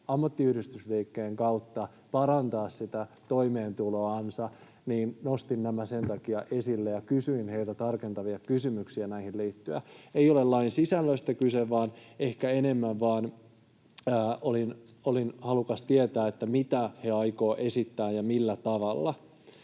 ammattiyhdistysliikkeen kautta parantaa toimeentuloansa. Nostin nämä sen takia esille ja kysyin heiltä tarkentavia kysymyksiä näihin liittyen. Ei ole lain sisällöistä kyse, vaan ehkä enemmän olin vain halukas tietämään, mitä he aikovat esittää ja millä tavalla.